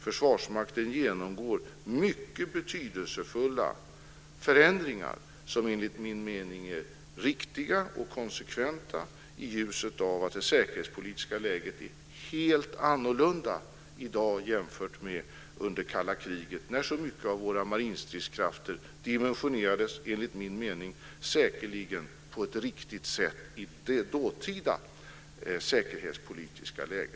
Försvarsmakten genomgår mycket betydelsefulla förändringar som enligt min mening är riktiga och konsekventa i ljuset av att det säkerhetspolitiska läget är helt annorlunda i dag än under kalla kriget, när så mycket av våra marinstridskrafter dimensionerades, enligt min mening säkerligen på ett riktigt sätt i dåtida säkerhetspolitiska läge.